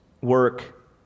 work